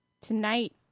tonight